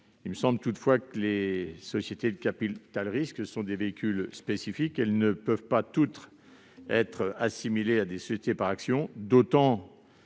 Il me semble toutefois que les sociétés de capital-risque sont des véhicules spécifiques ; elles ne peuvent pas toutes être assimilées à des sociétés par actions. En